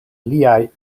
liaj